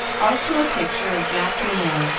also a picture of jack minot,